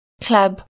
club